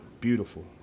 beautiful